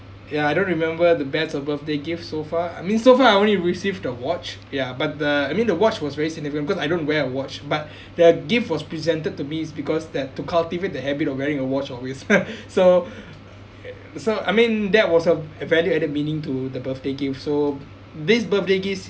ya I don't remember the best of birthday gift so far I mean so far I only received a watch ya but the I mean the watch was very significant because I don't wear a watch but the gift was presented to me it's because that to cultivate the habit of wearing a watch always so so I mean that was a a value added meaning to the birthday gift so this birthday gifts